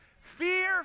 Fear